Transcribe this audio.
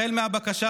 החל מהבקשה,